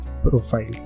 profile